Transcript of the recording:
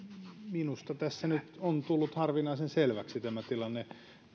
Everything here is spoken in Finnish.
minusta tässä nyt on tullut harvinaisen selväksi tämä tilanne